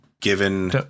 given